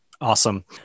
Awesome